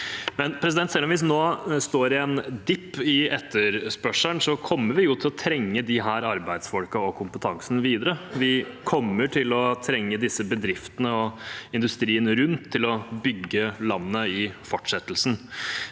Selv om vi nå står i en «dip» i etterspørselen, kommer vi til å trenge disse arbeidsfolkene og kompetansen videre. Vi kommer til å trenge disse bedriftene og industrien rundt til å bygge landet framover.